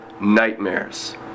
nightmares